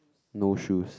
no shoes